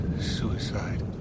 suicide